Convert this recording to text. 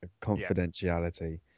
confidentiality